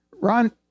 Ron